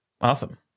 Awesome